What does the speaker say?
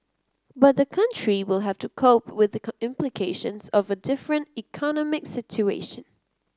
but the country will have to cope with the implications of a different economic situation